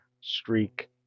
streak